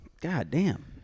Goddamn